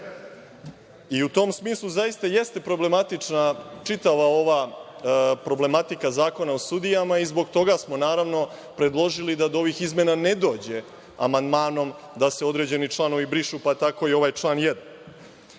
i u tom smislu zaista jeste problematična čitava ova problematika zakona o sudijama i zato smo naravno, predložili da do ovih izmena ne dođe amandmanom, da se ovi određeni članovi brišu, pa tako i ovaj član 1.